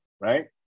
right